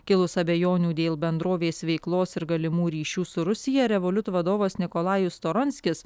kilus abejonių dėl bendrovės veiklos ir galimų ryšių su rusija revoliut vadovas nikolajus storonskis